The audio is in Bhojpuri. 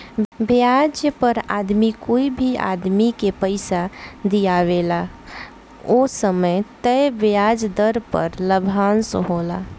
ब्याज पर आदमी कोई भी आदमी के पइसा दिआवेला ओ समय तय ब्याज दर पर लाभांश होला